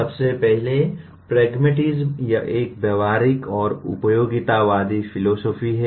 सबसे पहले प्रैग्मैटिस्म यह एक व्यावहारिक और उपयोगितावादी फिलोसोफी है